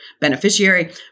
beneficiary